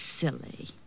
silly